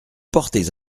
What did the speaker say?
portez